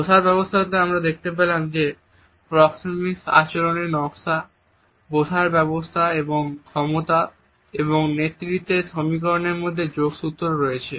বসার ব্যবস্থাতেও আমরা দেখতে পেলাম যে প্রক্সেমিক আচরণের নকশা বসার ব্যবস্থা ও ক্ষমতা এবং নেতৃত্বের সমীকরণের মধ্যে যোগসূত্র রয়েছে